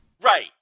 right